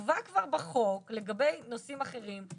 נקבע כבר בחוק לגבי נושאים אחרים.